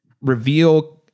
reveal